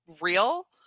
real